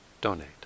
donate